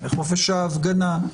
חופש ההפגנה,